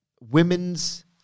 women's